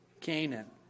Canaan